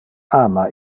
ama